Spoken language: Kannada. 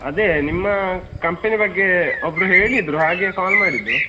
ಅದೇ ನಿಮ್ಮ ಕಂಪನಿ ಬಗ್ಗೆಒಬ್ಬರು ಹೇಳಿದರೂ ಹಾಗೆ ಕಾಲ್ ಮಾಡಿದ್ದು